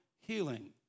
healing